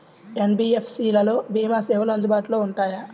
NBFC లలో భీమా సేవలు అందుబాటులో ఉంటాయా?